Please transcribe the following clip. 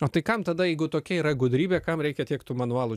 o tai kam tada jeigu tokia yra gudrybė kam reikia tiek tų manualų